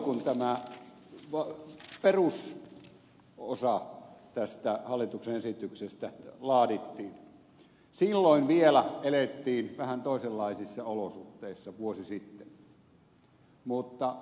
kun tämä perusosa tästä hallituksen esityksestä laadittiin silloin vielä elettiin vähän toisenlaisissa olosuhteissa vuosi sitten